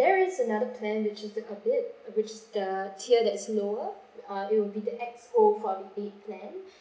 there is another plan which is a bit which the tier that's lower err it will be the X_O forty-eight plan